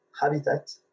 habitat